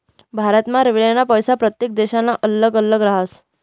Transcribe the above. भारत ना रेल्वेना पैसा प्रत्येक देशना अल्लग अल्लग राहस